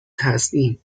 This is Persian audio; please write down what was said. تزیین